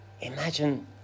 Imagine